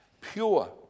pure